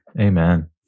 Amen